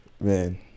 man